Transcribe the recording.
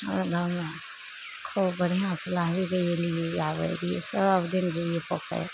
ओ गाँवमे खूब बढ़िआँसँ नहाबय जाइ रहियै आबय रहियइ सब दिन जइयै पोखरि